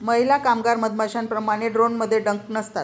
महिला कामगार मधमाश्यांप्रमाणे, ड्रोनमध्ये डंक नसतात